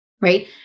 Right